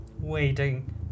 waiting